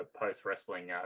post-wrestling